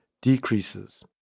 decreases